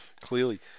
Clearly